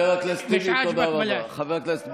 אתם מפגינים, ואז המשטרה